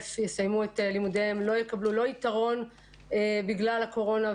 יסיימו את לימודיהם לא יקבלו לא יתרון בגלל הקורונה,